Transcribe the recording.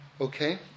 Okay